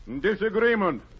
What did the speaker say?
Disagreement